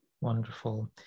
wonderful